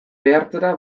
behartzera